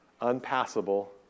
unpassable